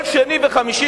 כל שני וחמישי,